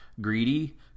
greedy